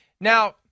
Now